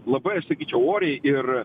labai aš sakyčiau oriai ir